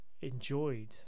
enjoyed